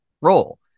role